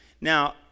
Now